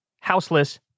houseless